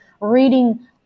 reading